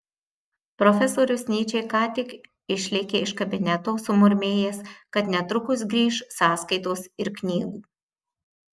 profesorius nyčė ką tik išlėkė iš kabineto sumurmėjęs kad netrukus grįš sąskaitos ir knygų